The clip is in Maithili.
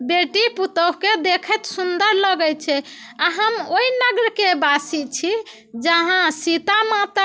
बेटी पुतोहूके देखैत सुन्दर लगैत छै आ हम ओहि नग्रके वासी छी जहाँ सीता माता